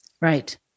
Right